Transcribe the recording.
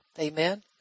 Amen